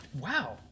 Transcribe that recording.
wow